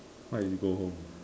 what you go home